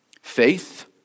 Faith